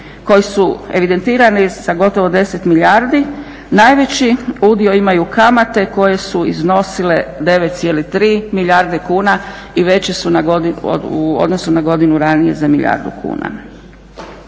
koji su evidentirani sa gotovo 10 milijardi najveći udio imaju kamate koje su iznosile 9,3 milijarde kuna i veće su u odnosu na godinu ranije za milijardu kuna.